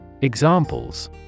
Examples